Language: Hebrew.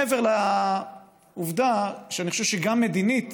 מעבר לעובדה שאני חושב שגם מדינית